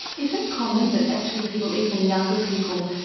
is that common, that actually people, even younger people,